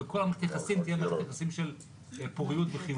וכל מערכת היחסים תהיה מערכת יחסים של פוריות וחיוכים.